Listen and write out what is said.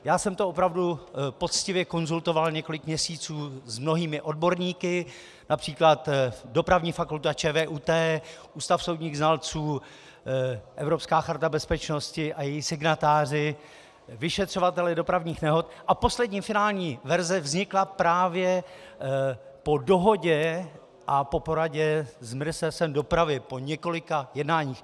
Já jsem to opravdu poctivě konzultoval několik měsíců s mnohými odborníky, například Dopravní fakulta ČVUT, Ústav soudních znalců, Evropská charta bezpečnosti a její signatáři, vyšetřovatelé dopravních nehod, a poslední finální verze vznikla právě po dohodě a po poradě s Ministerstvem dopravy, po několika jednáních.